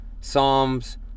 Psalms